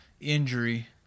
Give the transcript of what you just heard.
injury